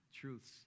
truths